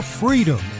freedom